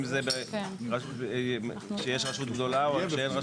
אם זה שיש רשות גדולה או כשאין,